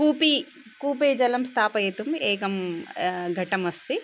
कूपी कूपेः जलं स्थापयितुम् एकं घटमस्ति